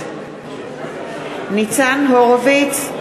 ניצן הורוביץ.